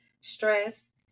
stress